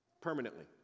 Permanently